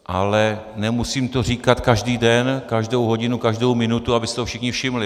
Ale nemusím to říkat každý den, každou hodinu, každou minutu, aby si toho všichni všimli.